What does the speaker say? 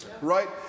Right